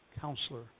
Counselor